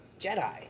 Jedi